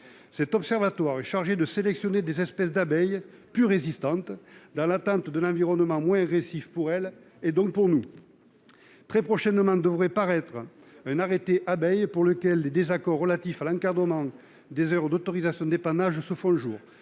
Cet observatoire est chargé de sélectionner des espèces d'abeilles plus résistantes, dans l'attente d'un environnement moins agressif pour elles, donc pour nous. Très prochainement, un arrêté Abeilles devrait paraître, au sujet duquel des désaccords relatifs à l'encadrement des heures d'autorisation d'épandage se font jour.